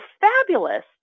fabulous